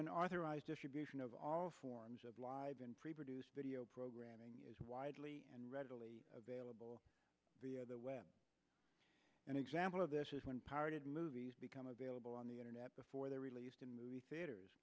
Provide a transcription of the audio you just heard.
unauthorized distribution of all forms of live and free produce video programming is widely and readily available via the web an example of this is when parted movies become available on the internet before they're released in movie theaters